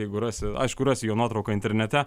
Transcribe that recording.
jeigu rasi aišku rasi jo nuotrauką internete